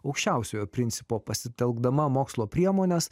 aukščiausiojo principo pasitelkdama mokslo priemones